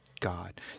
God